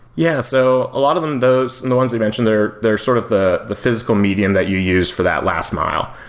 yeah. so a lot of them does and the ones you mentioned there, they're sort of the the physical medium that you use for that last mile.